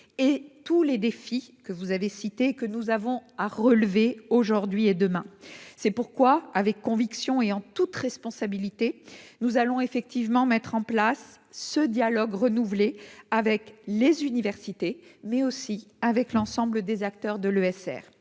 et tous les défis que vous avez cités que nous avons à relever aujourd'hui et demain, c'est pourquoi avec conviction et en toute responsabilité, nous allons effectivement mettre en place ce dialogue renouvelé avec les universités, mais aussi avec l'ensemble des acteurs de l'ESR